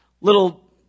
little